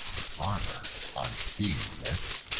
the farmer, on seeing this,